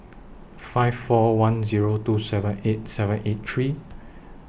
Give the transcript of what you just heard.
five four one Zero two seven eight seven eight three